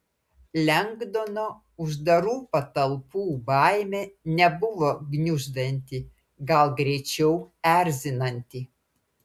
lengdono uždarų patalpų baimė nebuvo gniuždanti gal greičiau erzinanti